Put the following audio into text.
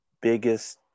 biggest